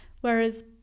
Whereas